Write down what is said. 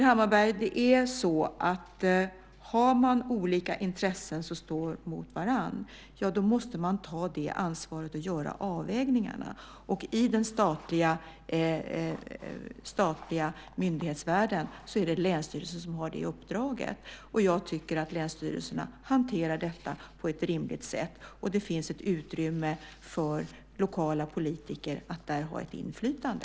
Har man olika intressen som står mot varandra, Krister Hammarbergh, måste man ta ansvaret att göra avvägningarna. I den statliga myndighetsvärlden är det länsstyrelsen som har det uppdraget. Jag tycker att länsstyrelserna hanterar detta på ett rimligt sätt. Det finns ett utrymme för lokala politiker att där ha ett inflytande.